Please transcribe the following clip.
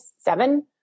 seven